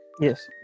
Yes